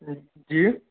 जी